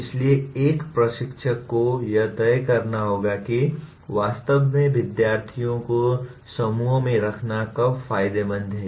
इसलिए एक प्रशिक्षक को यह तय करना होगा कि वास्तव में विद्यार्थियों को समूहों में रखना कब फायदेमंद है